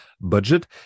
budget